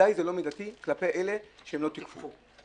ודאי זה לא מידתי כלפי אלה שלא תיקפו.